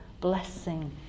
blessing